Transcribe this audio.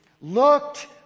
looked